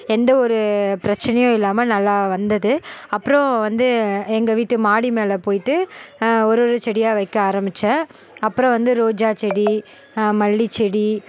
எந்த ஒரு பிரச்சனையும் இல்லாமல் நல்லா வந்தது அப்புறோம் வந்து எங்க வீட்டு மாடி மேல் போய்ட்டு ஒரு ஒரு செடியாக வைக்க ஆரமிச்சேன் அப்புறோம் வந்து ரோஜா செடி மல்லி செடி